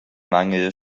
mangel